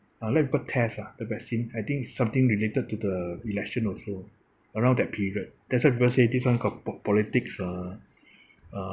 uh let people test ah the vaccine I think it's something related to the election also around that period that's why people say this one got po~ politics uh uh